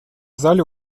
зале